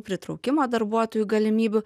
pritraukimo darbuotojų galimybių